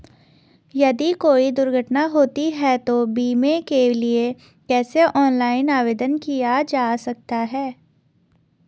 यदि कोई दुर्घटना होती है तो बीमे के लिए कैसे ऑनलाइन आवेदन किया जा सकता है?